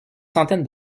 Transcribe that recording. centaines